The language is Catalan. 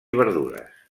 verdures